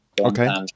Okay